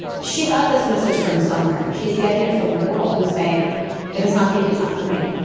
she got this message from somewhere and she's getting it from the world who's saying if it's not pink it's not for me.